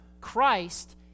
Christ